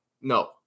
No